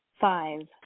Five